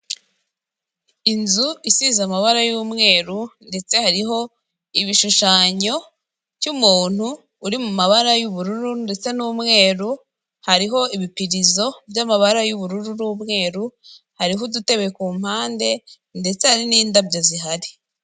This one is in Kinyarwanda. Inzu isize amabara y'umweru ndetse hariho igishushanyo cy'umuntu uri mu mabara y'ubururu ndetse n'umweru, hariho ibipurizo by'amabara y'ubururu n'umweru, hariho udutebe ku mpande ndetse hari n'indabyo zihari.